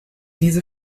diese